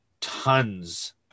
tons